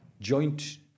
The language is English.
joint